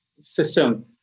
system